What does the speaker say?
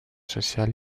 social